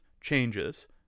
changes